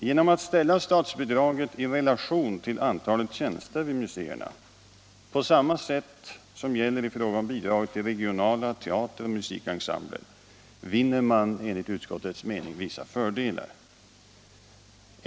Genom att ställa statsbidraget i relation till antalet tjänster vid museerna på samma sätt som gäller vid bidrag till regionala teatrar och musikensembler vinner man enligt utskottets mening vissa fördelar.